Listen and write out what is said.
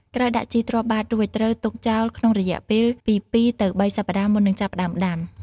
ក្រោយដាក់ជីទ្រាប់បាតរួច ត្រូវទុកចោលក្នុងរយៈពេលពី ២ ទៅ ៣ សប្តាហ៍មុននឹងចាប់ផ្តើមដាំ។